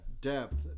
depth